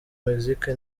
mexique